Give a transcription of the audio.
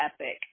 EPIC